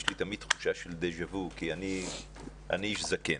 יש לי תמיד תחושה של דז'ה וו כי אני איש זקן.